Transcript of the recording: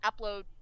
upload